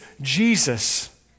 Jesus